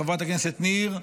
חברת הכנסת ניר,